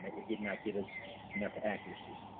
but it did not give us enough accuracy.